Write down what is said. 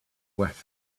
with